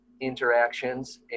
interactions